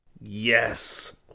Yes